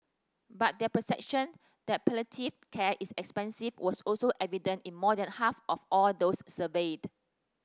but their perception that palliative care is expensive was also evident in more than half of all those surveyed